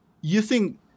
using